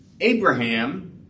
Abraham